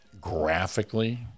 graphically